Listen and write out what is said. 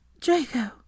Draco